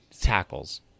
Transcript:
tackles